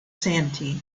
sanity